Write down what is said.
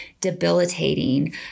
debilitating